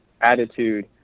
attitude